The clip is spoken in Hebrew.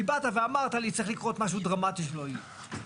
כי באת ואמרת לי שצריך לקרות משהו דרמטי שלא יהיה.